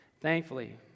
Thankfully